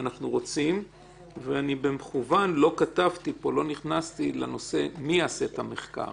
אני במכוון לא כתבתי מי יעשה את המחקר